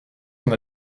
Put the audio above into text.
son